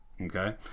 Okay